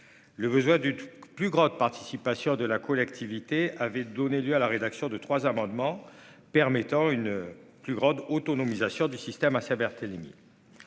Le besoin d'une plus grande participation de la collectivité avait donné lieu à la rédaction de trois amendements permettant une plus grande autonomisation du système Assia Barthélémy.